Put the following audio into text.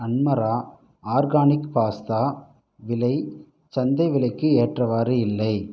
அன்மரா organic pasta விலை சந்தை விலைக்கு ஏற்றவாறு இல்லை